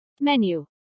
Menu